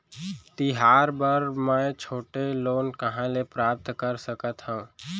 तिहार बर मै छोटे लोन कहाँ ले प्राप्त कर सकत हव?